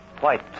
White